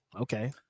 Okay